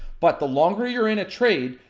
but the longer you're in a trade,